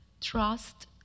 trust